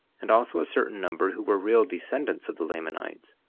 and also a certain number who were real descendants of the lamanites,